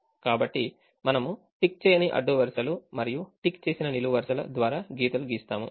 కాబట్టి మనము టిక్ చేయని అడ్డు వరుసలు మరియు టిక్ చేసిన నిలువు వరుసల ద్వారా గీతలు గీసాము